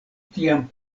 tian